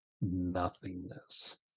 nothingness